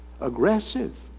aggressive